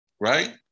right